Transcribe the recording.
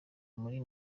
muri